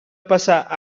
passar